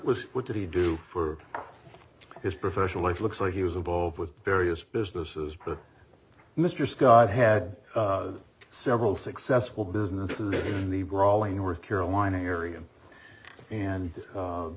was what did he do for his professional life looks like he was a board with various businesses but mr scott had several successful businesses in the raleigh north carolina area and